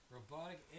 Robotic